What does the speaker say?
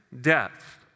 death